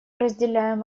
разделяем